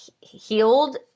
healed